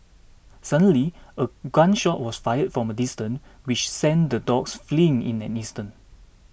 suddenly a gun shot was fired from a distance which sent the dogs fleeing in an instant